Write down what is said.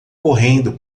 correndo